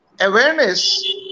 awareness